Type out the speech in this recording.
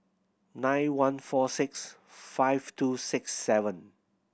nine one four six five two six seven